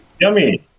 Yummy